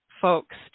folks